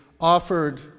offered